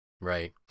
Right